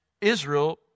Israel